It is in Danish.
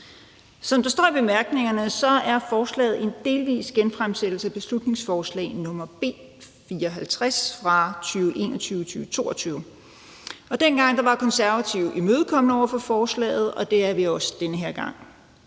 Som der står i bemærkningerne, er forslaget en delvis genfremsættelse af beslutningsforslag nr. B 54 fra folketingsåret 2021-22. Dengang var Konservative imødekommende over for forslaget, og det er vi også den her gang.